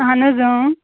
اہن حظ اۭں